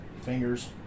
fingers